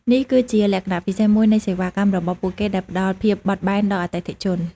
នេះគឺជាលក្ខណៈពិសេសមួយនៃសេវាកម្មរបស់ពួកគេដែលផ្តល់ភាពបត់បែនដល់អតិថិជន។